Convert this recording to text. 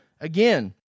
again